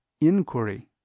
inquiry